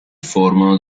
formano